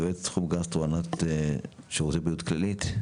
יועץ תחום גסטרו, הנהלת שירותי בריאות כללית.